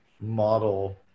model